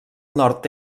nord